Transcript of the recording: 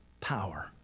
power